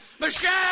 Michelle